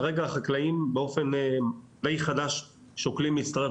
כרגע החקלאים באופן די חדש שוקלים להצטרף